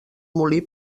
molí